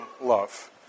love